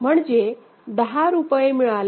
म्हणजे दहा रुपये मिळाले आहेत